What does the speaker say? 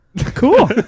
Cool